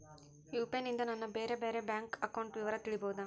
UPI ನಿಂದ ನನ್ನ ಬೇರೆ ಬೇರೆ ಬ್ಯಾಂಕ್ ಅಕೌಂಟ್ ವಿವರ ತಿಳೇಬೋದ?